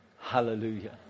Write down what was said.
Hallelujah